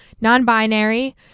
non-binary